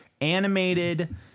animated